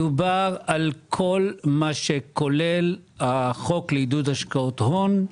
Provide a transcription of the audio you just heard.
מדובר על כל מה שכולל חוק עידוד השקעות הון,